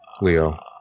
Leo